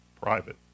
private